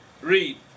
read